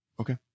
Okay